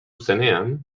zenean